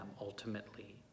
ultimately